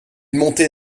montait